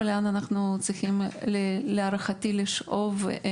ולאן אנחנו צריכים להערכתי לשאוף.